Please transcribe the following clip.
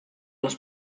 les